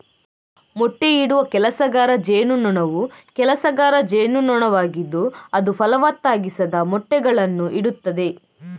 ಮೊಟ್ಟೆಯಿಡುವ ಕೆಲಸಗಾರ ಜೇನುನೊಣವು ಕೆಲಸಗಾರ ಜೇನುನೊಣವಾಗಿದ್ದು ಅದು ಫಲವತ್ತಾಗಿಸದ ಮೊಟ್ಟೆಗಳನ್ನು ಇಡುತ್ತದೆ